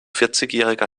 vierzigjähriger